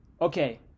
okay